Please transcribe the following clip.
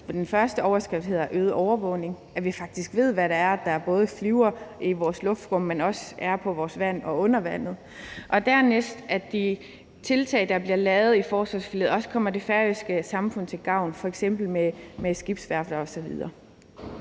den første overskrift hedder øget overvågning, altså at vi faktisk både ved, hvad der flyver i vores luftrum, men også hvad der er på vores vand og under vandet, og dernæst, at de tiltag, der bliver lavet i forsvarsforliget, også kommer det færøske samfund til gavn, f.eks. med skibsværfter osv.